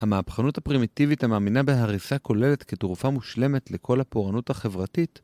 המהפכנות הפרימיטיבית המאמינה בהריסה כוללת כתרופה מושלמת לכל הפורענות החברתית